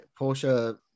Porsche